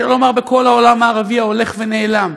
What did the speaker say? שלא לומר בכל העולם הערבי ההולך ונעלם.